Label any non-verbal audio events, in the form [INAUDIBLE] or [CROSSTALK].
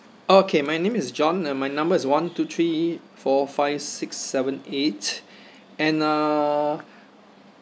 okay my name is john and my number is one two three four five six seven eight [BREATH] and uh